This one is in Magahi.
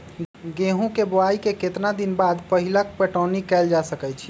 गेंहू के बोआई के केतना दिन बाद पहिला पटौनी कैल जा सकैछि?